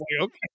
Okay